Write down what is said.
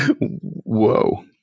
whoa